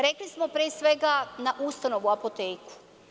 Rekli smo pre svega na ustanovu apoteku.